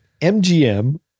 MGM